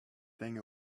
thing